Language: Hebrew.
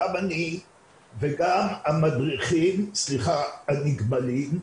גם אני וגם המדריכים, הנגמלים,